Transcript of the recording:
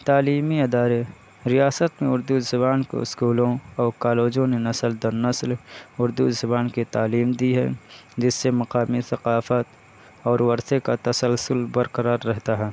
تعلیمی ادارے ریاست میں اردو زبان کو اسکولوں اور کالجوں نے نسل در نسل اردو زبان کی تعلیم دی ہے جس سے مقامی ثقافت اور ورثے کا تسلسل برقرار رہتا ہے